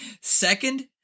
Second